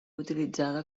utilitzada